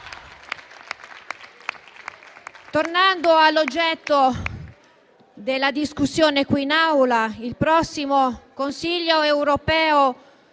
Tornando all'oggetto della discussione, il prossimo Consiglio europeo